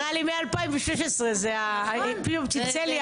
נראה לי מ-2016 זה --- ביזיון מירב,